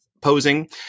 posing